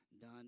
done